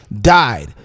died